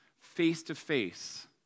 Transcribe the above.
face-to-face